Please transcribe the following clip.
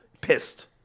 Pissed